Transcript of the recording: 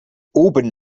oben